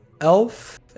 elf